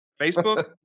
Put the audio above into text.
Facebook